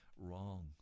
Wrong